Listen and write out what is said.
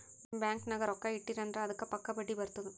bank ನಾಗ್ ರೊಕ್ಕಾ ಇಟ್ಟಿರಿ ಅಂದುರ್ ಅದ್ದುಕ್ ಪಕ್ಕಾ ಬಡ್ಡಿ ಬರ್ತುದ್